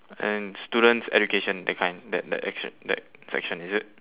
and student's education that kind that that action that section is it